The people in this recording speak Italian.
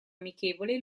amichevole